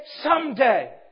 someday